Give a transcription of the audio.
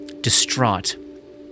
distraught